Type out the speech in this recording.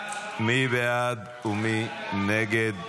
מי בעד ומי נגד?